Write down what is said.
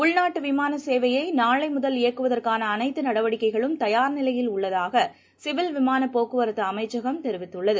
உள்நாட்டுவிமானசேவையைநாளைமுதல் இயக்குவதற்கானஅனைத்துநடவடிக்கைகளும் தயார் நிலையில் உள்ளதாகசிவில் விமானபோக்குவரத்துஅமைச்சகம் தெரிவித்துள்ளது